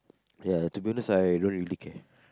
ya to be honest I don't really care